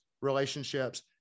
relationships